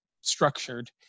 structured